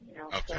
Okay